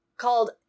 Called